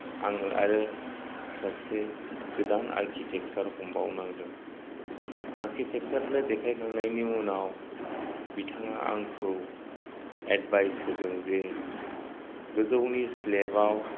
आङो आरो सासे गोदान आर्किटेक्चार हमबाव नांदों आर्किटेक्चारनो देखायखांनायनि उनाव बिथाङा आंखौ एडभायस होदों जे गोजौनि स्लेबाव